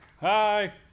Hi